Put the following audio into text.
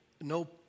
no